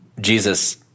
Jesus